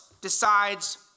decides